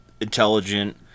intelligent